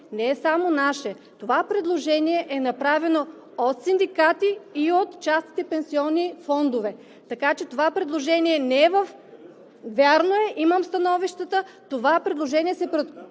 не е само наше. Това предложение е направено от синдикати и от частните пенсионни фондове. Така че това предложение не е… (Реплики.) Вярно е. Имам становищата. Това предложение се